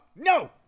No